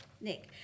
Nick